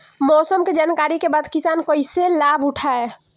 मौसम के जानकरी के बाद किसान कैसे लाभ उठाएं?